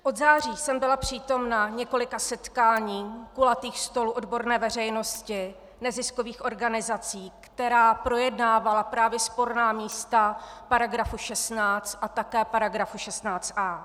Od září jsem byla přítomna několika setkáním, kulatým stolům odborné veřejnosti, neziskových organizací, která projednávala právě sporná místa v § 16 a také § 16a.